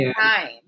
time